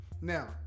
Now